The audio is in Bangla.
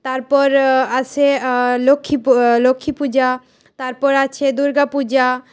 তারপর আসে লক্ষ্মী লক্ষ্মী পূজা তারপর আছে দুর্গা পূজা